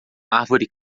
árvore